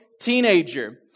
teenager